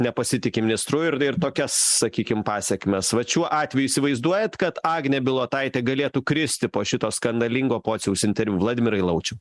nepasitiki ministru ir ir tokias sakykim pasekmes vat šiuo atveju įsivaizduojat kad agnė bilotaitė galėtų kristi po šito skandalingo pociaus interviu vladimirai laučiau